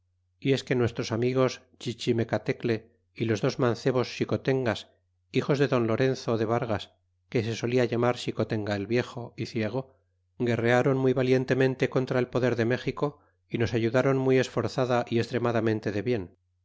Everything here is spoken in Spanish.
y es que nuestros amigos chichimecatecle y los dos mancebos xicotengas hijos de don lorenzo de vargas que se solia llamar xicotenga el viejo y ciego guerrearon muy valientemente contra el poder de méxico y nos ayudaron muy esforzada y estremadatnente de bien